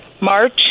march